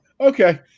okay